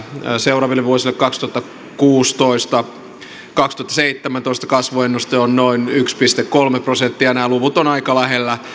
seuraaville vuosille kaksituhattakuusitoista viiva kaksituhattaseitsemäntoista kasvuennuste on noin yksi pilkku kolme prosenttia nämä luvut ovat aika lähellä